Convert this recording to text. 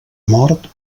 mort